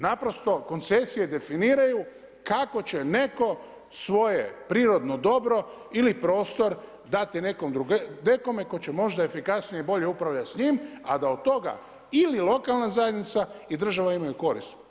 Naprosto koncesije definiraju kako će netko svoje prirodno dobro ili prostor dati nekome, nekome tko će možda efikasnije i bolje upravljati s njim a da od toga ili lokalna zajednica i država imaju korist.